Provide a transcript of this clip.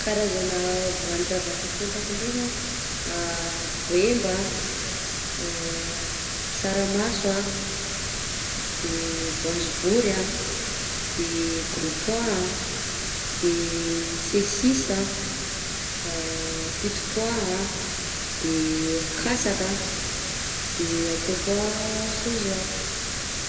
Karazana voanjavatra fantatro ndraika: voemba, saramaso a, de voanjobory a, de gros pois a, de sesisa a, petit pois a, de kasaka a, de ake koa sôza.